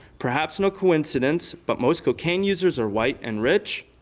perhaps no coincidence, but most cocaine users are white and rich,